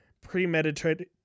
premeditated